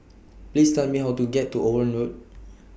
Please Tell Me How to get to Owen Road